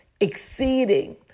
exceeding